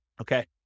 Okay